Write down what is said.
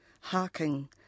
harking